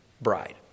bride